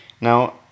Now